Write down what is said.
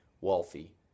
wealthy